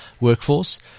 workforce